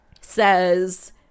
says